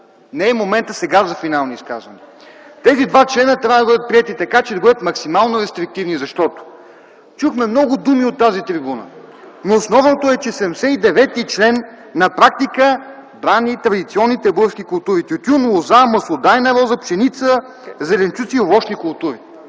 Не е моментът сега за финални изказвания. Тези два члена трябва да бъдат приети така, че да бъдат максимално рестриктивни, защото чухме много думи от тази трибуна, но основното е, че чл. 79 на практика брани традиционните български култури – тютюн, лоза, маслодайна роза, пшеница, зеленчуци и овощни култури.